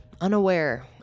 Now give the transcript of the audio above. unaware